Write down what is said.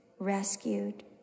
Rescued